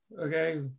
okay